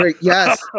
Yes